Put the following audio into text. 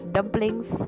Dumplings